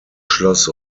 schloss